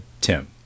tim